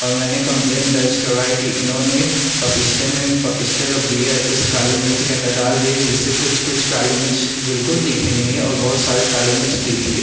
और मैंने कम्प्लेन दर्ज करवाई कि इन्होंने पपिस्ते में पपिस्ते का बिया इस काली मिर्च के अंदर डाल दिया जिससे कुछ कुछ काली मिर्च बिलकुल तीखी नहीं है और बहुत सारी काली मिर्च तीखी है